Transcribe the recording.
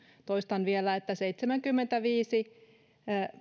toistan vielä että jo nyt seitsemänkymmentäviisi